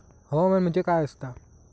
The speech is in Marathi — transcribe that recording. हवामान म्हणजे काय असता?